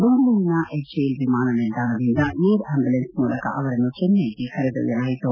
ಬೆಂಗಳೂರಿನ ಎಚ್ಎಎಲ್ ವಿಮಾನ ನಿಲ್ದಾಣದಿಂದ ಏರ್ಆಂಬ್ಲುರೆನ್ಸ್ ಮೂಲಕ ಅವರನ್ನು ಚೆನ್ನೈಗೆ ಕರೆದೊಯ್ಯಲಾಯಿತು